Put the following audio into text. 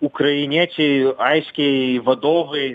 ukrainiečiai aiškiai vadovai